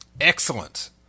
Excellent